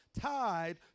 tied